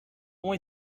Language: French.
ont